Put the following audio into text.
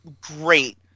great